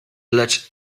lecz